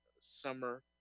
Summer